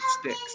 sticks